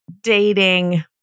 dating